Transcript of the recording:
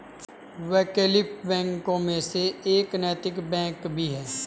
वैकल्पिक बैंकों में से एक नैतिक बैंक भी है